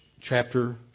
chapter